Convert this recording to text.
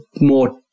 more